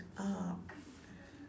uh